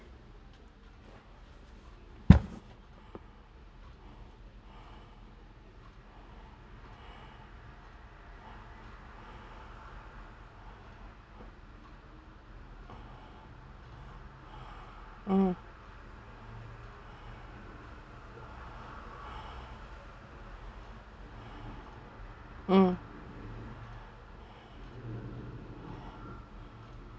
mm mm